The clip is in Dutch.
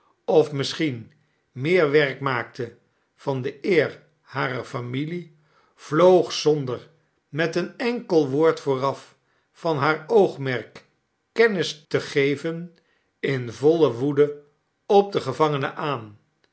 of misschien meer werk maakte van de eer harer familie vloog zonder met een enkel woord vooraf van haar oogmerk kennis te geven in voile woede op den gevangene aan